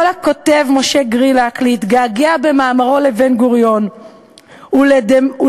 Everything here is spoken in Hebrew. יכול הכותב משה גרילק להתגעגע במאמרו לבן-גוריון ולדמגג"